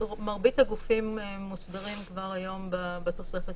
מרבית הגופים מוסדרים כבר היום בתוספת